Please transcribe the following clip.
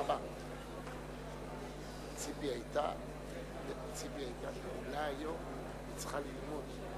(הישיבה נפסקה בשעה 17:28 ונתחדשה בשעה